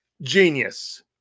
Genius